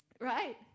Right